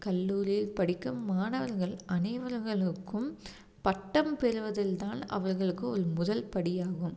கல்லூரியில் படிக்கும் மாணவர்கள் அனைவர்களுக்கும் பட்டம் பெறுவதில் தான் அவர்களுக்கு ஒரு முதல் படி ஆகும்